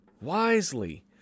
wisely